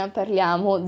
parliamo